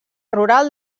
rural